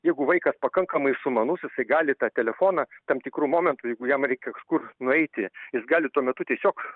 jeigu vaikas pakankamai sumanus jisai gali tą telefoną tam tikru momentu jeigu jam reikia kažkur nueiti jis gali tuo metu tiesiog